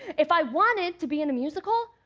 if i wanted to be in a musical,